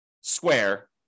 square